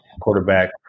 quarterback